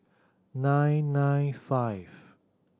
nine nine five